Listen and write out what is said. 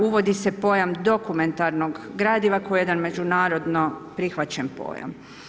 Uvodi se pojam dokumentarnog gradiva kojeg jedan međunarodno prihvaćen pojam.